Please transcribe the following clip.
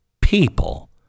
people